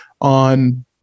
on